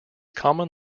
common